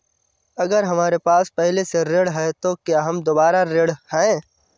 अगर हमारे पास पहले से ऋण है तो क्या हम दोबारा ऋण हैं?